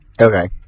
Okay